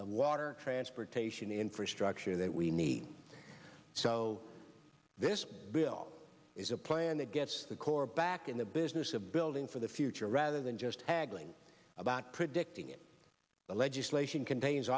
the water transportation infrastructure that we need so this bill is a plan that gets the corps back in the business of building for the future rather than just haggling about predicting it the legislation contains